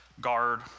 guard